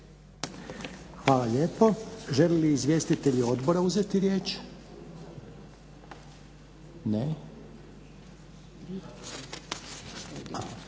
Hvala lijepo. Žele li izvjestitelji odbora uzeti riječ? Ne.